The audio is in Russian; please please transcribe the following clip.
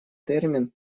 термин